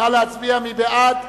נא להצביע, מי בעד?